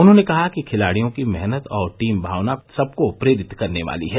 उन्होंने कहा कि खिलाडियों की मेहनत और टीम भावना सबको प्रेरित करने वाली है